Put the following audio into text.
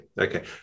okay